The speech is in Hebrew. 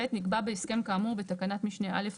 (ב) נקבע בהסכם כאמור בתקנת משנה (א)